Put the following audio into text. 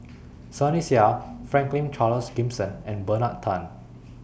Sunny Sia Franklin Charles Gimson and Bernard Tan